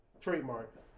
trademark